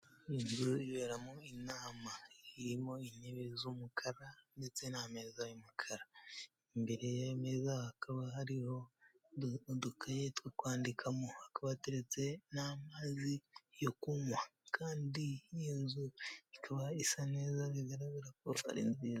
Inzu iberamo inama. Irimo intebe z'umukara ndetse n'ameza y'umukara. Imberey'ameza hakaba hariho udukaye two kwandikamo, Hakaba hateretse n'amazi yo kunywa, kandi iyo nzu ikaba isa neza bigaragara ko ari nziza.